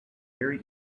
very